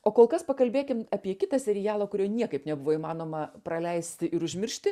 o kol kas pakalbėkim apie kitą serialą kurio niekaip nebuvo įmanoma praleisti ir užmiršti